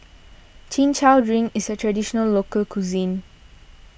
Chin Chow Drink is a Traditional Local Cuisine